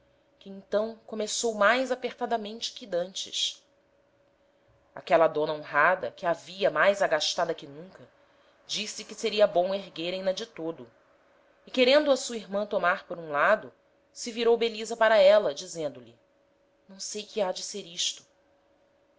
que então começou mais apertadamente que d'antes aquela dona honrada que a via mais agastada que nunca disse que seria bom erguerem na de todo e querendo a sua irman tomar por um lado se virou belisa para éla dizendo-lhe não sei que ha-de ser isto